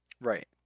Right